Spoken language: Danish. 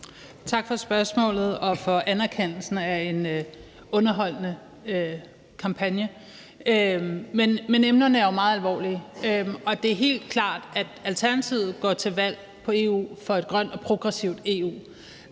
Tak for spørgsmålet og for anerkendelsen af en underholdende kampagne, men emnerne er jo meget alvorlige, og det er helt klart, at Alternativet går til valg i Europa-Parlamentet på et grønt og progressivt EU.